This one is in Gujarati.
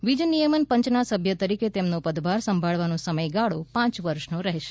વીજ નિયમન પંચના સભ્ય તરીકે તેમનો પદભાર સંભાળવાનો સમયગાળો પાંચ વર્ષનો રહેશે